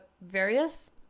various